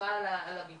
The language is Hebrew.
סליחה על הביטוי,